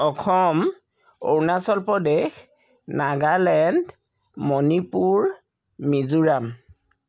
Assam Arunachal Pradesh Nagaland Manipur Mizoram